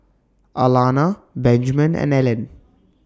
Alannah Benjman and Ellen